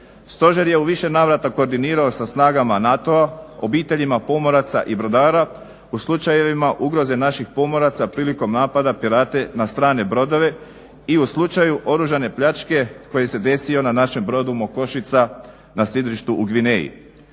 Stožer je u više navrata koordinirao sa snagama NATO-a, obiteljima pomoraca i brodara u slučajevima ugroze naših pomoraca prilikom napada pirata na strane brodove i u slučaju oružane pljačke koji se desio na našem brodu "MOKOŠICA" na sidrištu u Gvineji.